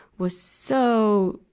was so,